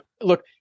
look